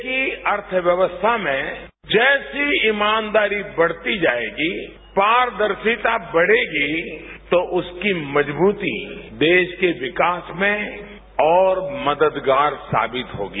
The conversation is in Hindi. देश कीअर्थव्यवस्था में जैसे ईमानदारी बढ़ती जाएगी पारदर्शिता बढ़ेगी तो उसकी मजबूती देशके विकास में और मददगार साबित होगी